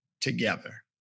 together